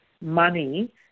money